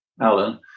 Alan